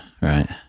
right